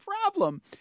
problem